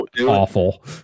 awful